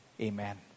Amen